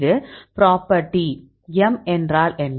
இது property m என்றால் என்ன